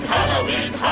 Halloween